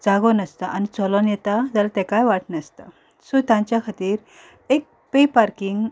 जागो नासता आनी चलून येता जाल्यार ताकाय वाट नासता सो तांच्या खातीर एक पे पार्कींग